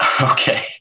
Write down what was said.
okay